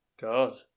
God